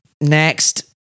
Next